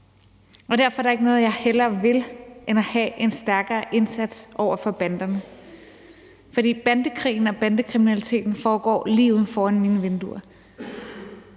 og derfor er der ikke noget, jeg hellere vil end at have en stærkere indsats over for banderne, for bandekrigen og bandekriminaliteten foregår lige ude foran mine vinduer.